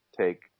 take